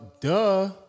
Duh